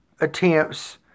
attempts